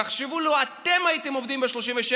תחשבו כאילו אתם הייתם עובדים ב-37